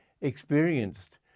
experienced